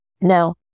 Now